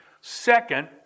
Second